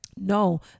no